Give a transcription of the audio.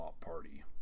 party